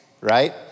right